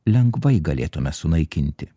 lengvai galėtume sunaikinti